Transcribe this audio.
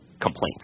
complaint